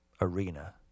arena